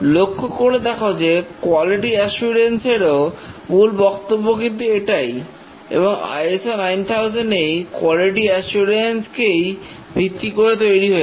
লক্ষ্য করে দেখো যে কোয়ালিটি অ্যাসুরেন্স এরও মূল বক্তব্য কিন্তু এটাই এবং ISO 9000 এই কোয়ালিটি অ্যাসুরেন্স মডেলকেই ভিত্তি করে তৈরি হয়েছে